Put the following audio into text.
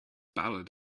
ballad